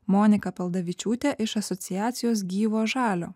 monika paldavičiūtė iš asociacijos gyvo žalio